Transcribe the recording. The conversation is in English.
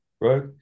Right